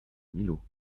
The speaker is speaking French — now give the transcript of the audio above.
millau